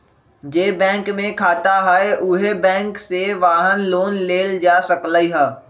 जे बैंक में खाता हए उहे बैंक से वाहन लोन लेल जा सकलई ह